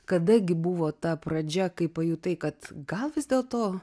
kada gi buvo ta pradžia kai pajutai kad gal vis dėlto